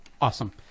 Awesome